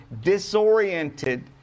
disoriented